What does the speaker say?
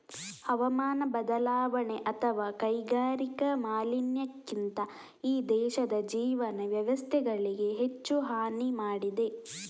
ಹವಾಮಾನ ಬದಲಾವಣೆ ಅಥವಾ ಕೈಗಾರಿಕಾ ಮಾಲಿನ್ಯಕ್ಕಿಂತ ಈ ದೇಶದ ಜೀವನ ವ್ಯವಸ್ಥೆಗಳಿಗೆ ಹೆಚ್ಚು ಹಾನಿ ಮಾಡಿದೆ